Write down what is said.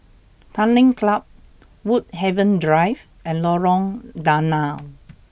Tanglin Club Woodhaven Drive and Lorong Danau